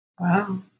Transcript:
Wow